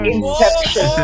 Inception